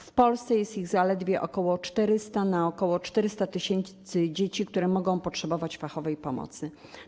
W Polsce jest ich zaledwie ok. 400 na ok. 400 tys. dzieci, które mogą potrzebować fachowej pomocy.